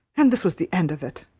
and this was the end of it!